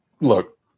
Look